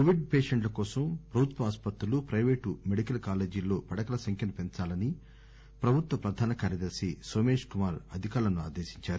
Covid పేషెంట్ల కోసం ప్రభుత్వాసుపత్రులు ప్రయిపేటు మెడికల్ కాలేజీల్లో పడకల సంఖ్యను పెంచాలని ప్రభుత్వ ప్రధాన కార్యదర్శి నోమేష్ కుమార్ అధికారులను ఆదేశించారు